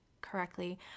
correctly